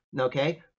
okay